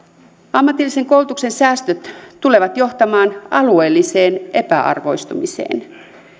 ammatillisen koulutuksen säästöt tulevat johtamaan alueelliseen epäarvoistumiseen